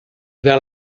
vers